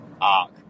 arc